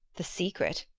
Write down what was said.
the secret?